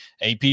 AP